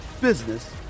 business